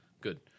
good